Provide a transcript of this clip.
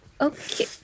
okay